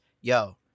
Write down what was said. yo